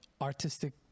artistic